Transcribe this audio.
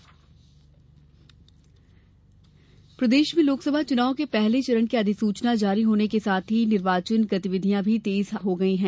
मतदाता जागरुकता प्रदेश में लोकसभा चुनाव के पहले चरण की अधिसूचना जारी होने के साथ ही निर्वाचन गतिविधियों में भी तेजी आ गई है